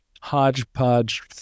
hodgepodge